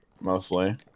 Mostly